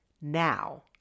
Now